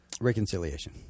Reconciliation